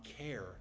care